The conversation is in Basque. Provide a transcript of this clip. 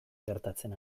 gertatzen